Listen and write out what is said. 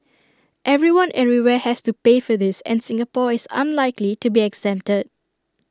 everyone everywhere has to pay for this and Singapore is unlikely to be exempted